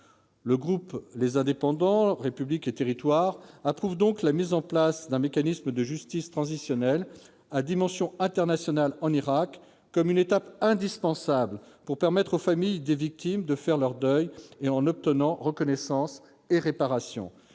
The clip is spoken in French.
le groupe les indépendants républiques et territoires approuve donc la mise en place d'un mécanisme de justice transitionnelle à dimension internationale en Irak comme une étape indispensable pour permettre aux familles des victimes de faire leur deuil et en obtenant, reconnaissance et réparation